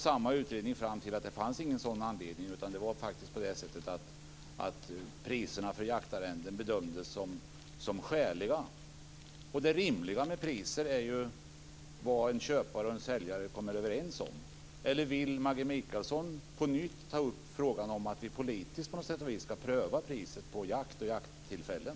Samma utredning kom fram till att det inte fanns någon sådan anledning, utan att det faktiskt var på det sättet att priserna för jaktarrenden bedömdes som skäliga. Det rimliga med priser är ju vad en köpare och en säljare kommer överens om, eller vill Maggi Mikaelsson på nytt ta upp frågan om att vi politiskt på något sätt ska pröva priset på jakt och jakttillfällen?